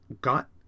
Got